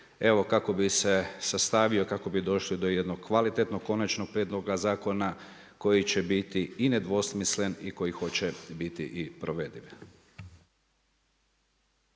evo kako bi se sastavio, kako bi došli do jednog kvalitetnog, konačnog prijedloga zakona koji će biti i nedvosmislen i koji hoće biti i provediv.